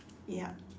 yup